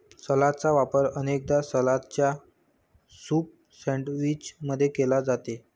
सलादचा वापर अनेकदा सलादच्या सूप सैंडविच मध्ये केला जाते